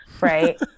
right